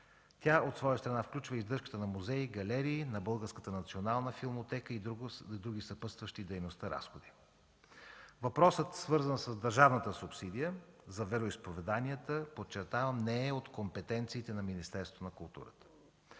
Тя от своя страна включва издръжката на музеи, галерии, на Българската национална филмотека и други съпътстващи дейността разходи. Въпросът, свързан с държавната субсидия за вероизповеданията, подчертавам, не е от компетенциите на Министерството на културата.